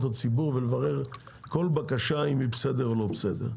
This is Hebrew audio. הציבור ולברר אם כל בקשה היא בסדר או לא בסדר,